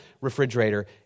refrigerator